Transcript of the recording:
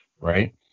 right